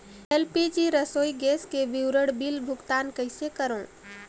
LPG रसोई gas के विवरण बिल भुगतान कइसे करों?